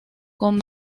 con